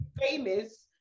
famous